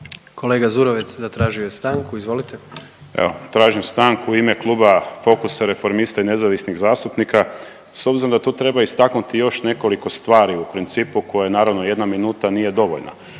**Zurovec, Dario (Fokus)** Evo tražim stanku u ime kluba Focusa, Reformista i nezavisnih zastupnika. S obzirom da tu treba istaknuti još nekoliko stvari u principu koje naravno jedna minuta nije dovoljna,